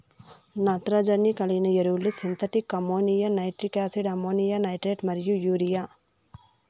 నత్రజని కలిగిన ఎరువులు synthetic ammonia, nitric acid, ammonium nitrate మరియు యూరియా